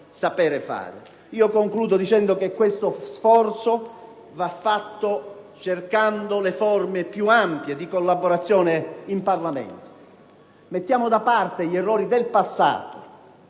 Concludo dicendo che questo sforzo va fatto cercando le forme più ampie di collaborazione in Parlamento. Mettiamo da parte gli errori del passato